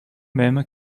même